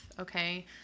Okay